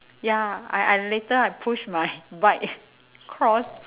ya I I later I push my bike across